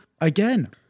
again